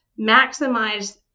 maximize